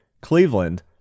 Cleveland